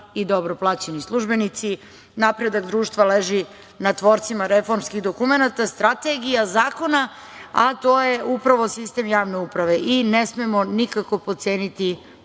i dobro plaćeni službenici. Napredak društva leži na tvorcima reformskih dokumenata, strategija, zakona, a to je upravo sistem javne uprave. I ne smemo nikako potceniti